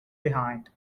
behind